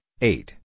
eight